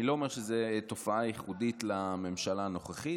אני לא אומר שזה תופעה ייחודית לממשלה הנוכחית.